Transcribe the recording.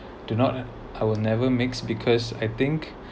do not I will never mix because I think